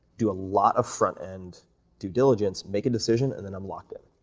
do a lot of front-end due diligence, make a decision, and then i'm locked in.